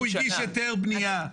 הוא הגיש היתר בנייה,